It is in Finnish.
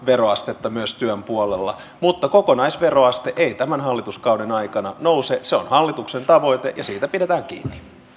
veroastetta myös työn puolella mutta kokonaisveroaste ei tämän hallituskauden aikana nouse se on hallituksen tavoite ja siitä pidetään kiinni